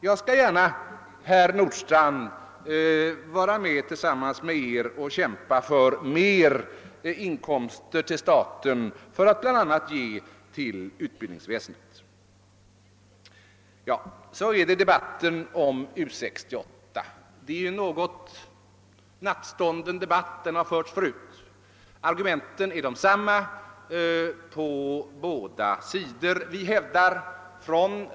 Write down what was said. Jag skall gärna vara med om att tillsammans med er kämpa för högre inkomster till staten för att bland annat ge dem till utbildningsväsendet, herr Nordstrandh. Så är det då debatten om U 68. Det är en något nattstånden debatt, eftersom den har förts tidigare. Argumenten är desamma på båda sidor.